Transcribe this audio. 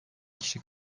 kişi